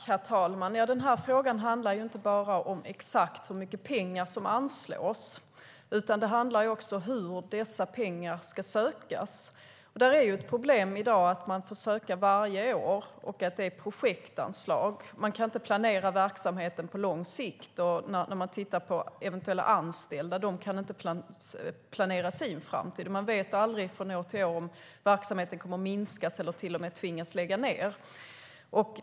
Herr talman! Den här frågan handlar inte bara om exakt hur mycket pengar som anslås. Det handlar också om hur dessa pengar ska sökas. Där är ett problem i dag att man får ansöka varje år och att det är projektanslag. Man kan inte planera verksamheten på lång sikt, och eventuella anställda kan inte planera sin framtid. Man vet aldrig från år till år om verksamheten kommer att minskas eller till och med tvingas lägga ned.